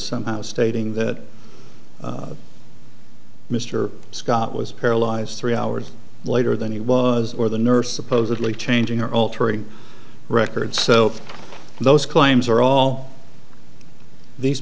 somehow stating that mr scott was paralyzed three hours later than he was or the nurse supposedly changing or altering records so those claims are all these